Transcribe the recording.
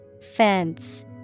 Fence